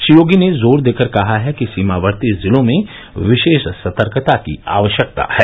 श्री योगी ने जोर देकर कहा है कि सीमावर्ती जिलों में विशेष सतर्कता की आवश्यकता है